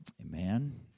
Amen